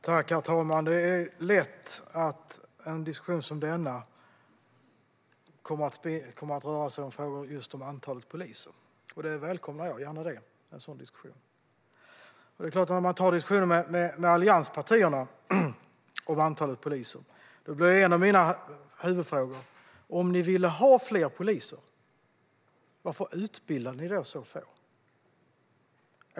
Herr talman! Det är lätt att en diskussion som denna rör frågor just om antalet poliser. En sådan diskussion välkomnar jag. När man tar diskussionen med allianspartierna om antalet poliser blir en av mina huvudfrågor: Varför utbildade ni så få poliser om ni ville ha fler poliser?